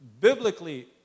Biblically